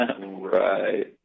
right